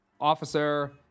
officer